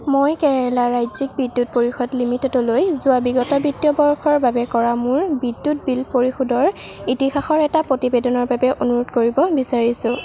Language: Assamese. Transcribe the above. মই কেৰালা ৰাজ্যিক বিদ্যুৎ পৰিষদ লিমিটেডলৈ যোৱা বিগত বিত্তীয় বৰ্ষৰ বাবে কৰা মোৰ বিদ্যুৎ বিল পৰিশোধৰ ইতিহাসৰ এটা প্ৰতিবেদনৰ বাবে অনুৰোধ কৰিব বিচাৰিছোঁ